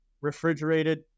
refrigerated